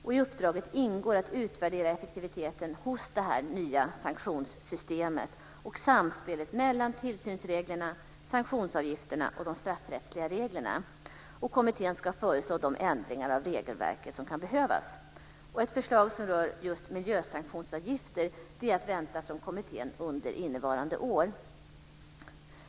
I uppdraget ingår att utvärdera effektiviteten hos det nya sanktionssystemet och samspelet mellan tillsynsreglerna, sanktionsavgifterna och de straffrättsliga reglerna. Kommittén ska föreslå de ändringar av regelverket som kan behövas. Ett förslag som rör miljösanktionsavgifter är att vänta från kommittén under innevarande år.